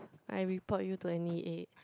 I report you to N_E_A